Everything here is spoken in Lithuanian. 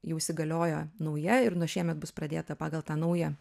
jau įsigaliojo nauja ir nuo šiemet bus pradėta pagal tą naują